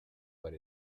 but